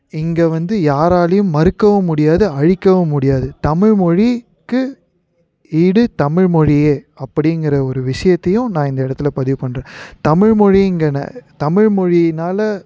இங்கே வந்து யாராலையும் மறுக்கவும் முடியாது அழிக்கவும் முடியாது தமிழ்மொழிக்கு ஈடு தமிழ்மொழியே அப்படிங்கிற ஒரு விஷயத்தையும் நான் இந்த இடத்துல பதிவு பண்ணுறேன் தமிழ்மொழிங்கின தமிழ்மொழினால